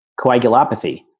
Coagulopathy